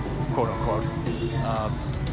quote-unquote